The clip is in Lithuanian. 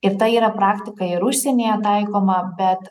ir ta yra praktika ir užsienyje taikoma bet